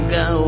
go